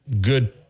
good